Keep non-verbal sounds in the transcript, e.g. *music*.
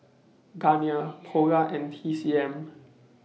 Garnier *noise* Polar and T C M